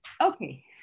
okay